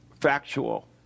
factual